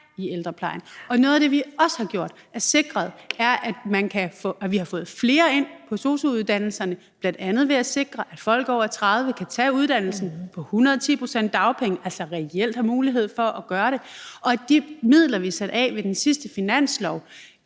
i ældreplejen. Noget af det, vi også har gjort og fået sikret, er, at vi har fået flere ind på sosu-uddannelserne, bl.a. ved at sikre, at folk over 30 år kan tage uddannelsen på 110 pct. dagpenge, altså reelt har mulighed for at gøre det, og at de midler, vi har sat af på den sidste finanslov,